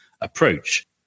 approach